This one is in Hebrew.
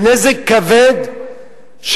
בנזק כבד,